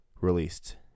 released